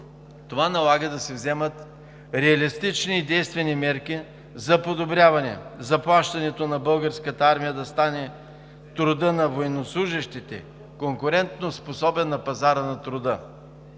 Това налага да се вземат реалистични и действени мерки за подобряване заплащането на Българската армия – трудът на военнослужещите да стане конкурентоспособен на пазара на труда.